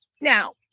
now